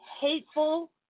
hateful